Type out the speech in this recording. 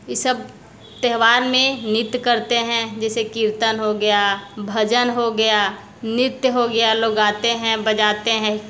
ई सब त्यौहार में नियुक्त करते हैं जैसे कीर्तन हो गया भजन हो गया नृत्य हो गया लोग आते हैं बजाते हैं